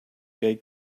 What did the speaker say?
gay